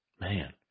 Man